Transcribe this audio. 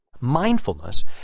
Mindfulness